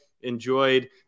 Enjoyed